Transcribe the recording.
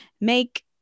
make